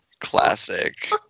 classic